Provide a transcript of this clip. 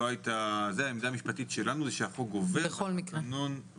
העמדה המשפטית שלנו היא שהחוק גובר על התקנון.